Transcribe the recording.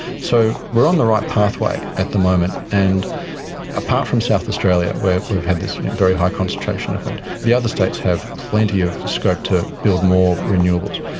so we're on the right pathway at the moment, and apart from south australia where we've had this very high concentration of wind, the other states have plenty of scope to build more renewables.